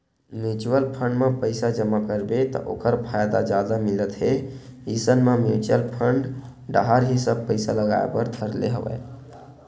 mutual fund म पइसा जमा करबे त ओखर फायदा जादा मिलत हे इसन म म्युचुअल फंड डाहर ही सब पइसा लगाय बर धर ले हवया